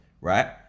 Right